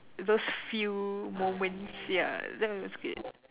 those few moments ya that was good